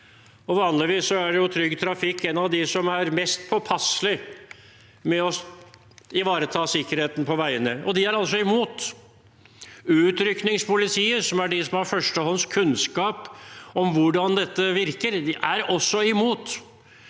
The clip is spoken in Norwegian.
Vanligvis er Trygg Trafikk en av de som er mest påpasselig med å ivareta sikkerheten på veiene, og de er altså imot. Utrykningspolitiet, som er de som har førstehåndskunnskap om hvordan dette virker, er også imot.